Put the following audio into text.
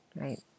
right